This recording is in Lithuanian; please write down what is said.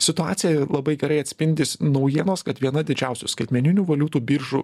situacija labai gerai atspindis naujienos kad viena didžiausių skaitmeninių valiutų biržų